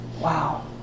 Wow